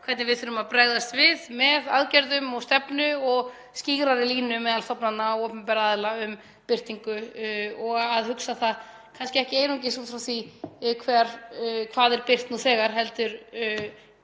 hvernig við þurfum að bregðast við með aðgerðum og stefnu og skýrari línu meðal stofnana og opinberra aðila um birtingu gagna og að við hugsum það kannski ekki einungis út frá því hvað er birt nú þegar heldur